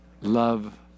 love